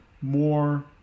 more